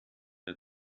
der